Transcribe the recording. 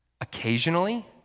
occasionally